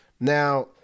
Now